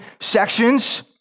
sections